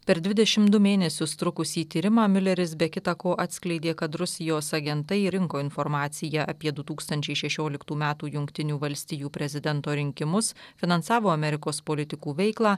per dvidešimt du mėnesius trukusį tyrimą miuleris be kita ko atskleidė kad rusijos agentai rinko informaciją apie du tūkstančiai šešioliktų metų jungtinių valstijų prezidento rinkimus finansavo amerikos politikų veiklą